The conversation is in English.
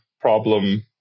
problem